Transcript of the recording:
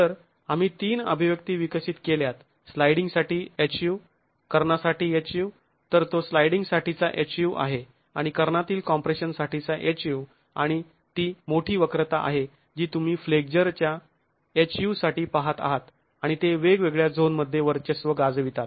तर आम्ही तीन अभिव्यक्ती विकसित केल्यात स्लायडिंग साठी Hu कर्णासाठी Hu तर तो स्लाइडिंग साठीचा Hu आहे आणि कर्णातील कॉम्प्रेशन साठीचा Hu आणि ती मोठी वक्रता आहे जी तुम्ही फ्लेक्झरच्या Hu साठी पाहत आहात आणि ते वेगवेगळ्या झोन मध्ये वर्चस्व गाजवितात